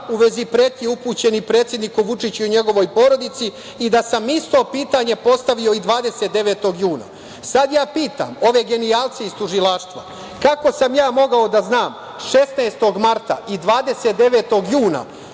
u vezi pretnji upućenih predsedniku Vučiću i njegovoj porodici i da sam isto pitanje postavio 29. juna. Sad ja pitam ove genijalce iz tužilaštva – kako sam ja mogao da znam 16. marta i 29. juna